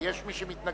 כי יש מי שמתנגד.